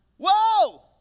Whoa